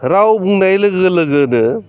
राव बुंनाय लोगो लोगोनो